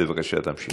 בבקשה תמשיך.